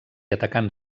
atacant